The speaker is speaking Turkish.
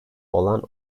olan